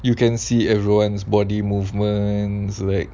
you can see everyone's body movements like